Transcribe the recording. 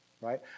Right